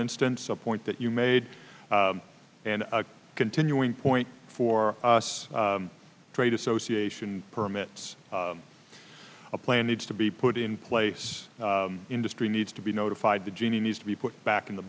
instance a point that you made and continuing point for us trade association permits a plan needs to be put in place industry needs to be notified the genie needs to be put back in the